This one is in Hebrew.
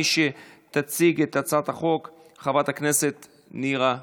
מי שתציג את הצעת החוק היא חברת הכנסת נירה שפק,